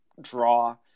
draw